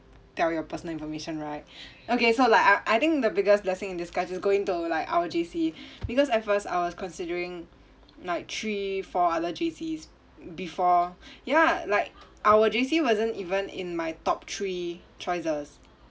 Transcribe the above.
tell your personal information right okay so like I I think the biggest blessing in disguise is going to like our J_C \ because at first I was considering like three four other J_Cs before ya like our J_C wasn't even in my top three choices